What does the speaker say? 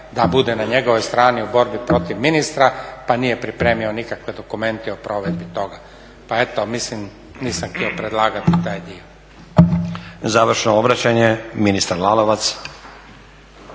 da bude na njegovoj strani u borbi protiv ministra pa nije pripremio nikakve dokumente o provedbi toga. Pa eto mislim, nisam htio predlagati taj dio. **Stazić, Nenad (SDP)** Završno obraćanje ministar Lalovac.